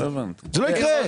זה לא יקרה.